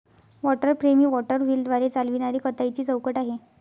water frame ही water व्हीलद्वारे चालविणारी कताईची चौकट आहे